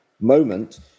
moment